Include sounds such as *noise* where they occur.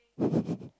*laughs*